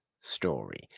story